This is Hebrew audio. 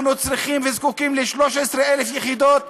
אנחנו צריכים וזקוקים ל-13,000 יחידות בשנה.